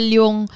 yung